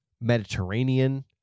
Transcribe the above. Mediterranean